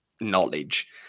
knowledge